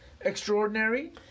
extraordinary